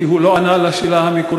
כי הוא לא ענה על השאלה המקורית.